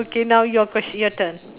okay now your questi~ your turn